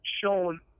shown